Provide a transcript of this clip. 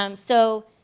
um so,